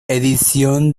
edición